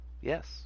Yes